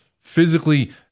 physically